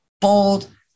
bold